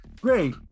great